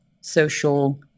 social